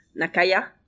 Nakaya